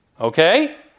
Okay